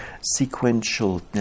sequential